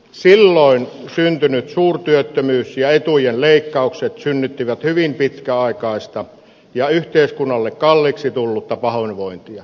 silloin syntynyt suurtyöttömyys ja etujen leikkaukset synnyttivät hyvin pitkäaikaista ja yhteiskunnalle kalliiksi tullutta pahoinvointia